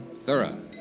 thorough